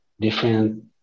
different